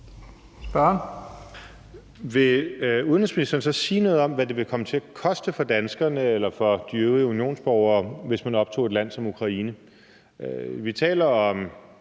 (DF): Vil udenrigsministeren så sige noget om, hvad det ville komme til at koste for danskerne eller for de øvrige unionsborgere, hvis man optog et land som Ukraine. Vi taler om